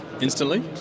instantly